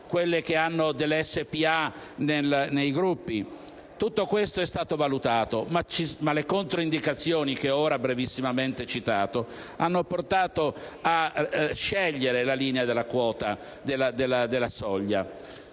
quelle che hanno delle SpA nei gruppi. Tutto questo è stato valutato, ma le controindicazioni che ho ora brevissimamente citato hanno portato a scegliere la linea della soglia.